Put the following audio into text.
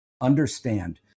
Understand